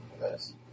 Yes